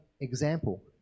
example